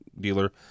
dealer